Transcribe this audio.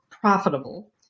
profitable